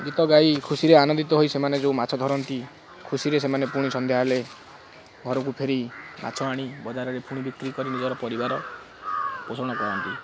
ଗୀତ ଗାଇ ଖୁସିରେ ଆନନ୍ଦିତ ହୋଇ ସେମାନେ ଯେଉଁ ମାଛ ଧରନ୍ତି ଖୁସିରେ ସେମାନେ ପୁଣି ସନ୍ଧ୍ୟା ବେଳେ ଘରକୁ ଫେରି ମାଛ ଆଣି ବଜାରରେ ପୁଣି ବିକ୍ରି କରି ନିଜର ପରିବାର ପୋଷଣ କରନ୍ତି